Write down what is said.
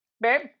Babe